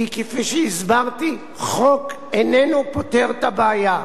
כי, כפי שהסברתי, חוק איננו פותר את הבעיה.